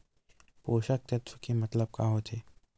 पोषक तत्व के मतलब का होथे?